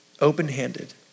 open-handed